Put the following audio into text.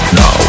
no